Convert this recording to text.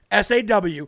SAW